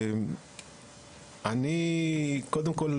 קודם כול,